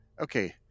Okay